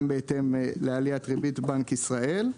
גם בהתאם לעליית ריבית בנק ישראל.